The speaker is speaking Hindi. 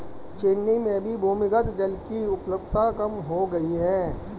चेन्नई में भी भूमिगत जल की उपलब्धता कम हो गई है